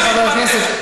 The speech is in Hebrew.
אני יכול להתפטר,